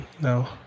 No